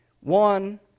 One